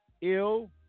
Ill